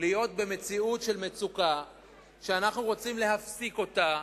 להיות במציאות של מצוקה שאנחנו רוצים להפסיק אותה,